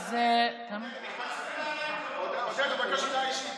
אני מבקש הודעה אישית.